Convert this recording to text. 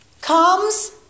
comes